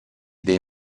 dei